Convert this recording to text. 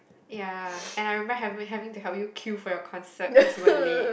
ya and I remember having having to help you queue for your concert cause you were late